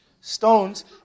stones